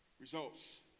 results